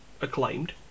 acclaimed